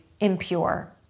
impure